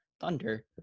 Thunder